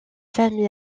famille